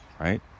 right